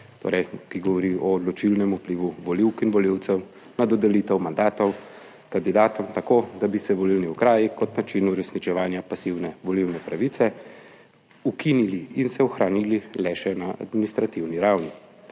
ki govori o odločilnem vplivu volivk in volivcev na dodelitev mandatov kandidatom, tako da bi se volilni okraji kot način uresničevanja pasivne volilne pravice ukinili in se ohranili le še na administrativni ravni.